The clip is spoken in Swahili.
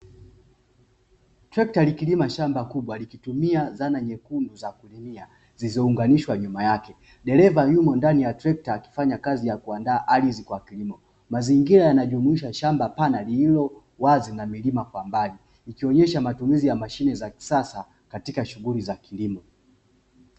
Trekta likilima shamba kubwa, likitumia zana nyekundu za kulimia zilizounganishwa nyuma yake. Dereva yumo ndani ya trekta akifanya kazi ya kuandaa ardhi kwa kilimo. Mazingira yanajumuisha shamba pana lililowazi na milima kwa mbali, ikionyesha matumizi ya mashine za kisasa katika shughuli za kilimo.